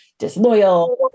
disloyal